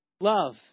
love